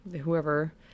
whoever